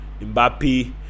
Mbappe